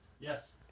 Yes